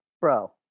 bro